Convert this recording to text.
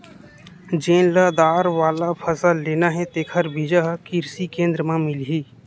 जेन ल दार वाला फसल लेना हे तेखर बीजा ह किरसी केंद्र म मिलही